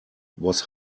was